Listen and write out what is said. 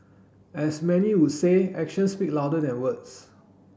as many would say actions speak louder than words